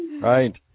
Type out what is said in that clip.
Right